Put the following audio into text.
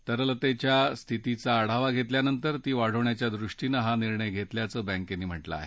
तरलतेच्या स्थितीचा आढावा घेतल्यानंतर ती वाढवण्याच्या दृष्टीनं हा निर्णय घेतल्याचं बॅकेनं म्हटलं आहे